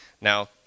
Now